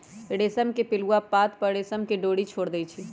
रेशम के पिलुआ पात पर रेशम के डोरी छोर देई छै